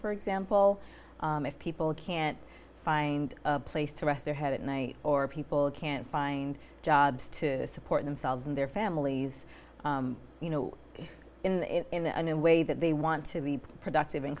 for example if people can't find a place to rest their head at night or people can't find jobs to support themselves and their families you know in a way that they want to be productive in